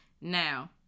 Now